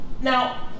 Now